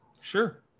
Sure